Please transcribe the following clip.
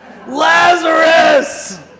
Lazarus